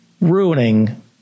ruining